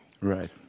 Right